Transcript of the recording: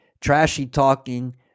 trashy-talking